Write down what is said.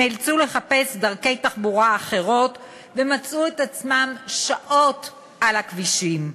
נאלצו לחפש דרכי תחבורה אחרות ומצאו את עצמם שעות על הכבישים.